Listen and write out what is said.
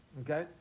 Okay